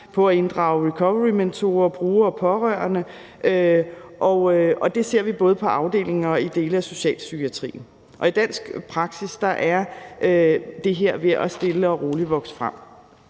på at inddrage recoverymentorer, brugere og pårørende, og det ser vi både på afdelinger og i dele af socialpsykiatrien, og i dansk praksis er det her ved stille og roligt at vokse frem.